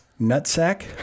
Nutsack